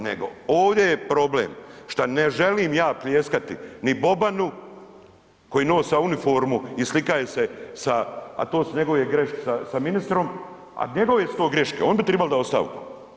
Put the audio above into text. Nego ovdje je problem šta ne želim ja pljeskati ni Bobanu koji nosa uniformu i slikaje se, a to su njegove greške sa ministrom, a njegove su to greške, on bi trebao dat ostavku.